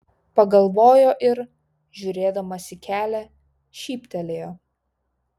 pagalvojo ir žiūrėdamas į kelią šyptelėjo